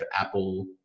apple